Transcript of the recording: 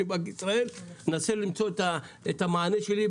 ביטלנו את הפיקוח על העמלה הזאת,